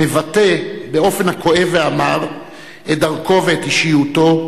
מבטא באופן הכואב והמר את דרכו ואת אישיותו,